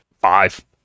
five